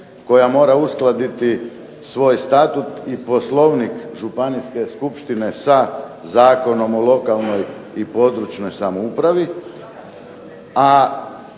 koja mora uskladiti svoj statut i Poslovnik Županijske skupštine sa Zakonom o lokalnoj i područnoj samoupravi,